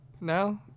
No